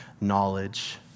knowledge